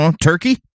Turkey